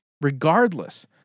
regardless